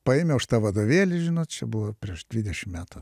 paėmiau aš tą vadovėlį žinot čia buvo prieš dvidešim metų